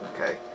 okay